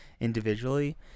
individually